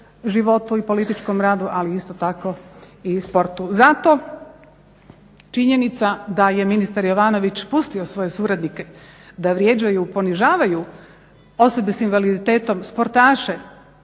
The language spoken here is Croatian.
životu i političkom radu, ali isto tako i sportu. Zato činjenica da je ministar Jovanović pustio svoje suradnike da vrijeđaju i ponižavaju osobe s invaliditetom, sportaše,